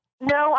No